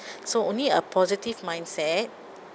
so only a positive mindset